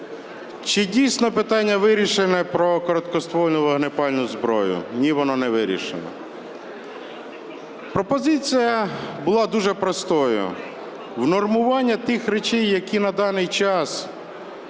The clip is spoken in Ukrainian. Чи дійсно питання вирішено про короткоствольну вогнепальну зброю? Ні, воно не вирішено. Пропозиція була дуже простою: унормування тих речей, які на даний час